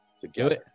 together